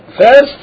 First